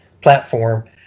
platform